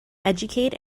educate